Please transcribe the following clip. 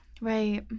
right